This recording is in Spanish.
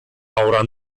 ahora